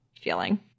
feeling